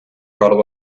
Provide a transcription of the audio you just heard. brought